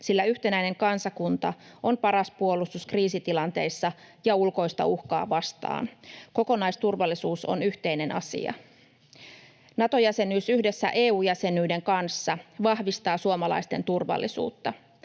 sillä yhtenäinen kansakunta on paras puolustus kriisitilanteissa ja ulkoista uhkaa vastaan. Kokonaisturvallisuus on yhteinen asia. Nato-jäsenyys yhdessä EU-jäsenyyden kanssa vahvistaa suomalaisten turvallisuutta.